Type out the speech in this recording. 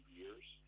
years